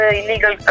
illegal